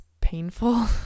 painful